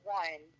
one